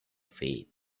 fate